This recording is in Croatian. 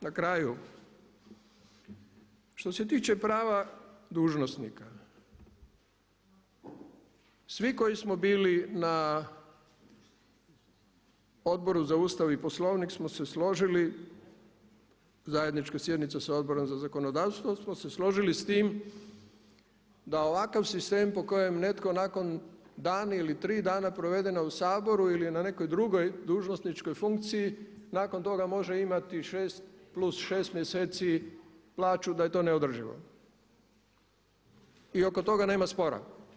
Na kraju, što se tiče prava dužnosnika, svi koji smo bili na Odboru za Ustav i Poslovnik smo se složili zajednička sjednica sa Odborom za zakonodavstvo smo se složili s tim da ovakav sistem po kojem netko nakon dan ili tri dana provedena u Saboru ili na nekoj drugoj dužnosničkoj funkciji nakon toga može imati šest plus šest mjeseci plaću da je to neodrživo i oko toga nema spora.